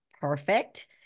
perfect